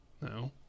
No